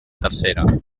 tercera